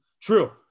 True